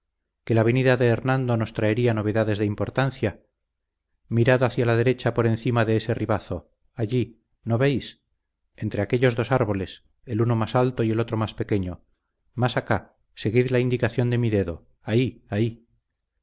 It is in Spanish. que la venida de hernando nos traería novedades de importancia mirad hacia la derecha por encima de ese ribazo allí no veis entre aquellos dos árboles el uno más alto y el otro más pequeño más acá seguid la indicación de mi dedo ahí ahí